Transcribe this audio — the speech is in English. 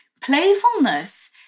Playfulness